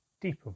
deeper